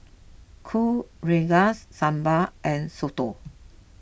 Kuih Rengas Sambal and Soto